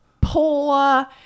poor